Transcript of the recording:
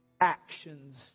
actions